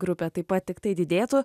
grupė taip pat tiktai didėtų